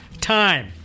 time